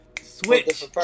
switch